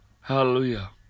Hallelujah